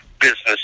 business